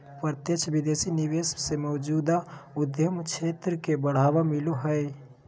प्रत्यक्ष विदेशी निवेश से मौजूदा उद्यम क्षेत्र के बढ़ावा मिलो हय